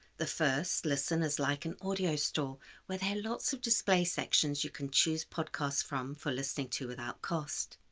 the first, listen is like an audio store where there are lots of display sections you can choose podcasts from for listening to without cost.